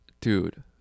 Dude